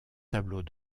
tableaux